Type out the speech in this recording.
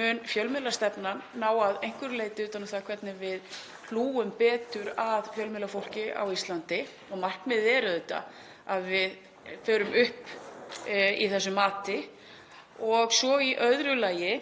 mun fjölmiðlastefnan ná að einhverju leyti utan um það hvernig við hlúum betur að fjölmiðlafólki á Íslandi og markmiðið er auðvitað að við förum upp í þessu mati. Í öðru lagi